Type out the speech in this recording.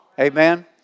Amen